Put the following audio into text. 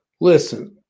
Listen